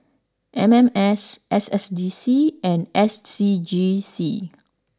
M M S S S D C and S C G C